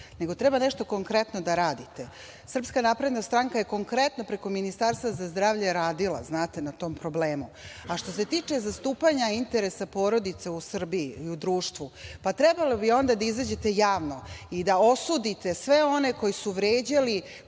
nego treba nešto konkretno da radite. Srpska napredna stranka je konkretno preko Ministarstva za zdravlje radila, znate, na tom problemu. Što se tiče zastupanja interesa porodica u Srbiji i u društvu, pa trebalo bi onda da izađete javno i da osudite sve one koji su vređali